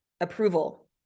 approval